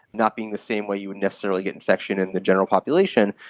not being the same where you would necessarily get infection in the general population,